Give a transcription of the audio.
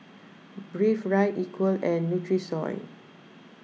Breathe Right Equal and Nutrisoy